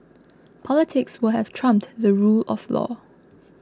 politics will have trumped the rule of law